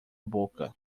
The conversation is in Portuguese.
boca